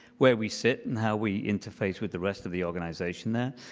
where we sit and how we interface with the rest of the organization there.